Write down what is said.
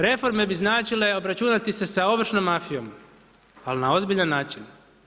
Reforme bi značile obračunati se sa ovršnom mafijom ali na ozbiljan način.